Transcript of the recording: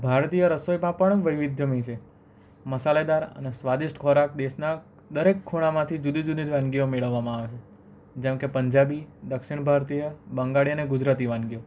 ભારતીય રસોઈમાં પણ વૈવિધ્યમઈ છે મસાલેદાર અને સ્વાદિષ્ટ ખોરાક દેશના દરેક ખૂણામાંથી જુદી જુદી વાનગીઓ મેળવવામાં આવે છે જેમકે પંજાબી દક્ષિણ ભારતીય બંગાળી અને ગુજરાતી વાનગીઓ